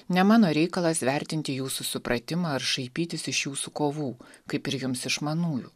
ne mano reikalas vertinti jūsų supratimą ar šaipytis iš jūsų kovų kaip ir jums iš manųjų